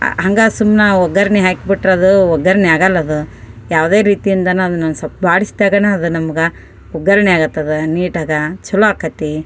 ಹಾಗೇ ಸುಮ್ನೆ ಒಗ್ಗರ್ಣಿ ಹಾಕ್ಬಿಟ್ರೂ ಅದೂ ಒಗ್ಗರ್ಣಿ ಆಗೋಲ್ಲ ಅದು ಯಾವುದೇ ರೀತಿಯಿಂದಲೂ ಅದನ್ನು ಒಂದು ಸ್ವಲ್ಪ್ ಬಾಡಿಸ್ದಾಗಲೂ ಅದು ನಮ್ಗೆ ಒಗ್ಗರಣೆ ಆಗುತ್ತದೆ ನೀಟಾಗಿ ಛಲೋ ಆಗತ್ತೆ